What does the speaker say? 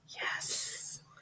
Yes